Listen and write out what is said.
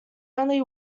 only